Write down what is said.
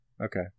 Okay